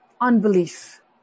Unbelief